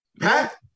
Pat